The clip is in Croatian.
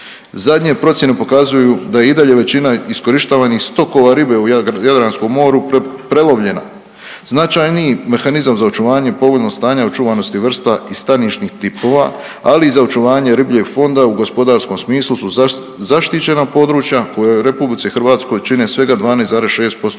Zadnje procijene pokazuju da je i dalje većina iskorištavanih stokova ribe u Jadranskom moru prelovljena. Značajniji mehanizam za očuvanje povoljnog stanja očuvanosti vrsta i stanišnih tipova, ali i za očuvanje ribljeg fonda u gospodarskom smislu su zaštićena područja koja u RH čine svega 12,6%